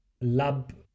lab